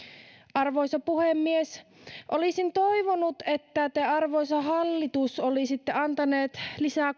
arvoisa puhemies olisin toivonut että te arvoisa hallitus olisitte antaneet kunnille lisää